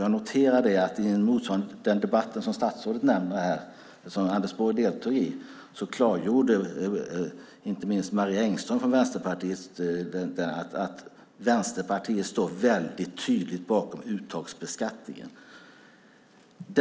Jag noterar att i den debatt som statsrådet nämnde som Anders Borg deltog i klargjorde inte minst vänsterpartisten Marie Engström att Vänsterpartiet står tydligt bakom uttagsbeskattningen.